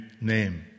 name